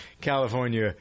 California